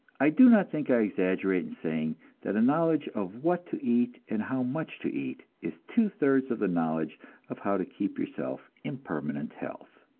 i do not think i exaggerate in saying that a knowledge of what to eat and how much to eat is two-thirds of the knowledge of how to keep yourself in permanent health.